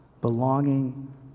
belonging